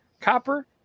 Copper